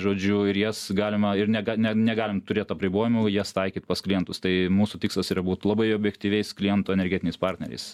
žodžiu ir jas galima ir ne ga negalim turėt apribojimų jas taikyt pas klientus tai mūsų tikslas yra būt labai objektyviais klientų energetiniais partneriais